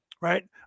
right